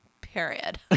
Period